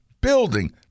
building